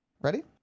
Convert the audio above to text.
ready